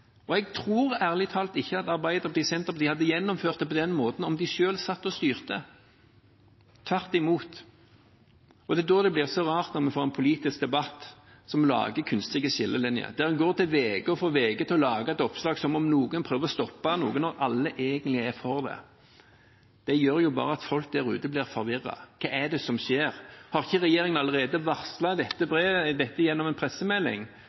Jeg tror ærlig talt ikke at Arbeiderpartiet og Senterpartiet hadde gjennomført det på den måten om de selv satt og styrte, tvert imot. Da blir det så rart når vi får en politisk debatt som lager kunstige skillelinjer, der en går til VG og får dem til å lage et oppslag som om noen prøver å få stoppet saken når alle egentlig er for det. Det gjør jo bare at folk der ute blir forvirret: Hva er det som skjer? Har ikke regjeringen allerede varslet dette gjennom en pressemelding